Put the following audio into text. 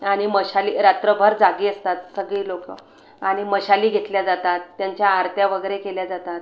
आणि मशाली रात्रभर जागे असतात सगळे लोक आणि मशाली घेतल्या जातात त्यांच्या आरत्या वगैरे केल्या जातात